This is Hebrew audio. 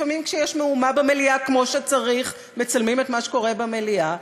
לפעמים כשיש מהומה כמו שצריך מצלמים את מה שקורה במליאה.